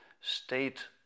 state